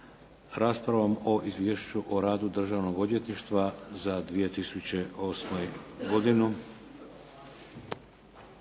raspravom o Izvješću o radu Državnog odvjetništva za 2008. godinu.